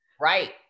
Right